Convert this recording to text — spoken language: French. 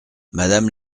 madame